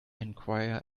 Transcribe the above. enquire